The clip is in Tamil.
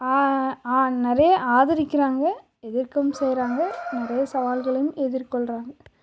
ஆ ஆ ஆ நிறைய ஆதரிக்கிறாங்க எதிர்க்கவும் செய்கிறாங்க நிறைய சவால்களும் எதிர்கொள்ளுறாங்க